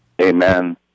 Amen